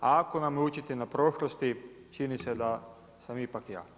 A ako nam je učiti na prošlosti čini se da sam ipak ja.